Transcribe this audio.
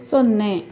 ಸೊನ್ನೆ